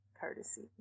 courtesy